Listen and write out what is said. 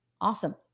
awesome